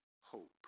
hope